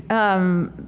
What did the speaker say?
um,